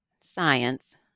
science